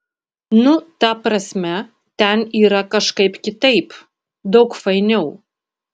nu ta prasme ten yra kažkaip kitaip daug fainiau